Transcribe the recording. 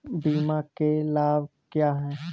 बीमा के लाभ क्या हैं?